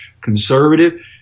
conservative